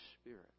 Spirit